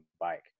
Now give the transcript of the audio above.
bike